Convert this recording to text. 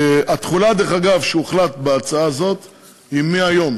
התחולה, דרך אגב, שהוחלט בהצעה הזו היא מהיום.